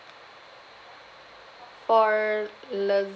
for lez~